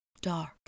dark